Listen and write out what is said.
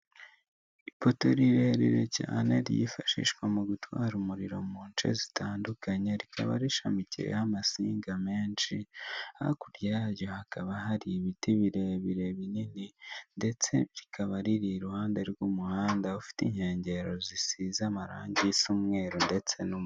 Ipoto rirerire cyane ryifashishwa mu gutwara umuriro mu nce zitandukanye rikaba rishamikiyeho amasinga menshi, hakurya yaryo hakaba hari ibiti birebire binini ndetse rikaba riri iruhande rw'umuhanda ufite inkengero zisize'amarangi isa umweru ndetse n'umukara.